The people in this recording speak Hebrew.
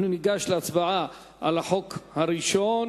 אנחנו ניגש להצבעה על החוק הראשון,